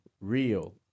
real